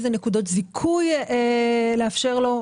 איזה נקודות זיכוי לאפשר לו,